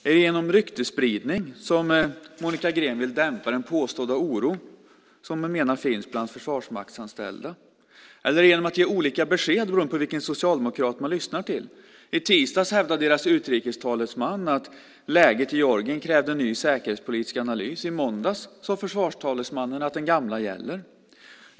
Är det genom ryktesspridning som Monica Green vill dämpa den påstådda oron - en oro som hon menar finns bland försvarsmaktsanställda - eller är det genom att ge olika besked, beroende på vilken socialdemokrat man lyssnar till? I tisdags hävdade Socialdemokraternas utrikestalesman att läget i Georgien kräver en ny säkerhetspolitisk analys. I måndags sade försvarstalesmannen att den gamla gäller.